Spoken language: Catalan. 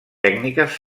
tècniques